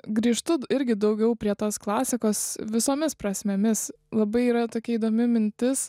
grįžtu irgi daugiau prie tos klasikos visomis prasmėmis labai yra tokia įdomi mintis